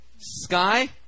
Sky